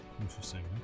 Interesting